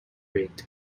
rigged